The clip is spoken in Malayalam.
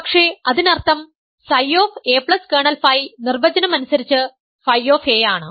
പക്ഷേ അതിനർത്ഥം Ψa കേർണൽ Φ നിർവചനം അനുസരിച്ച് Φ ആണ്